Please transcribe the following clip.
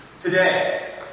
Today